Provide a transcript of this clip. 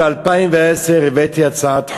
ב-2010 אני הבאתי הצעת חוק,